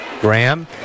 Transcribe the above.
Graham